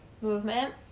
movement